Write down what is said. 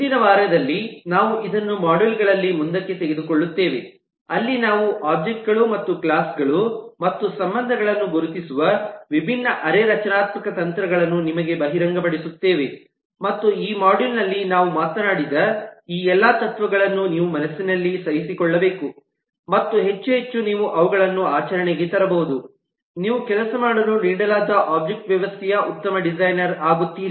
ಮುಂದಿನ ವಾರದಲ್ಲಿ ನಾವು ಇದನ್ನು ಮಾಡ್ಯೂಲ್ ಗಳಲ್ಲಿ ಮುಂದಕ್ಕೆ ತೆಗೆದುಕೊಳ್ಳುತ್ತೇವೆ ಅಲ್ಲಿ ನಾವು ಒಬ್ಜೆಕ್ಟ್ ಗಳು ಮತ್ತು ಕ್ಲಾಸ್ ಗಳು ಮತ್ತು ಸಂಬಂಧಗಳನ್ನು ಗುರುತಿಸುವ ವಿಭಿನ್ನ ಅರೆ ರಚನಾತ್ಮಕ ತಂತ್ರಗಳನ್ನು ನಿಮಗೆ ಬಹಿರಂಗಪಡಿಸುತ್ತೇವೆ ಮತ್ತು ಈ ಮಾಡ್ಯೂಲ್ ನಲ್ಲಿ ನಾವು ಮಾತನಾಡಿದ ಈ ಎಲ್ಲಾ ತತ್ವಗಳನ್ನು ನೀವು ಮನಸ್ಸಿನಲ್ಲಿ ಸಹಿಸಿಕೊಳ್ಳಬೇಕು ಮತ್ತು ಹೆಚ್ಚು ಹೆಚ್ಚು ನೀವು ಅವುಗಳನ್ನು ಆಚರಣೆಗೆ ತರಬಹುದು ನೀವು ಕೆಲಸ ಮಾಡಲು ನೀಡಲಾದ ಒಬ್ಜೆಕ್ಟ್ ವ್ಯವಸ್ಥೆಯ ಉತ್ತಮ ಡಿಸೈನರ್ ಆಗುತ್ತೀರಿ